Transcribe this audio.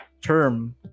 term